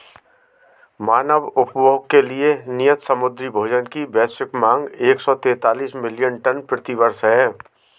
मानव उपभोग के लिए नियत समुद्री भोजन की वैश्विक मांग एक सौ तैंतालीस मिलियन टन प्रति वर्ष है